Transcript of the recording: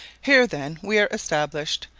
here, then, we are established,